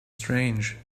strange